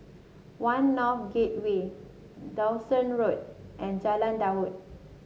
One North Gateway Dawson Road and Jalan Daud